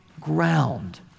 ground